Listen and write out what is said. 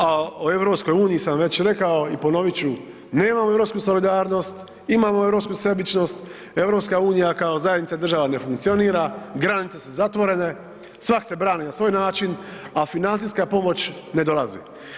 A o EU sam već rekao i ponovit ću, nemamo europsku solidarnost, imamo europsku sebičnost, EU kao zajednica država ne funkcionira, granice su zatvorene, svak se brani na svoj način, a financijska pomoć ne dolazi.